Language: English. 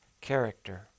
character